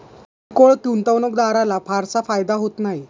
किरकोळ गुंतवणूकदाराला फारसा फायदा होत नाही